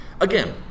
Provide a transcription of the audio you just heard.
Again